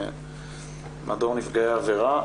מדור נפגעי עבירה.